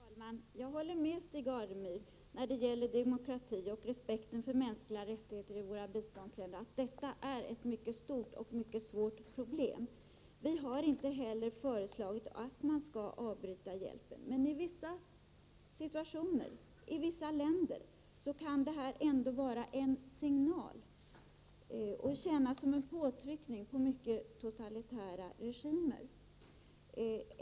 Herr talman! Jag håller med Stig Alemyr om att frågan om demokrati och respekten för mänskliga rättigheter i Sveriges biståndsländer är ett mycket stort och svårt problem. Vi har inte heller föreslagit att hjälpen skall avbrytas, men i vissa situationer i vissa länder kan det ändå vara en signal och tjäna som en påtryckning på mycket totalitära regimer.